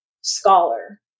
scholar